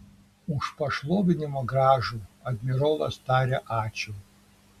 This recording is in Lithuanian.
už pašlovinimą gražų admirolas taria ačiū